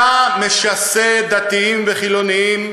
אתה משסה דתיים בחילונים,